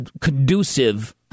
conducive